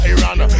Iran